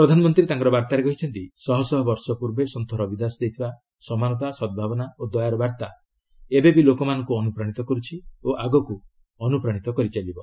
ପ୍ରଧାନମନ୍ତ୍ରୀ ତାଙ୍କର ବାର୍ତ୍ତାରେ କହିଛନ୍ତି ଶହଶହ ବର୍ଷ ପୂର୍ବେ ସନ୍ତୁ ରବି ଦାସ ଦେଇଥିବା ସମାନତା ସଦ୍ଭାବନା ଓ ଦୟାର ବାର୍ତ୍ତା ଏବେ ବି ଲୋକମାନଙ୍କୁ ଅନୁପ୍ରାଣିତ କରୁଛି ଓ ଆଗକୁ ଅନୁପ୍ରାଣିତ କରିଚାଲିବ